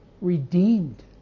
redeemed